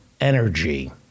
energy